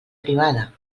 privada